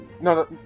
no